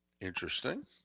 Interesting